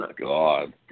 God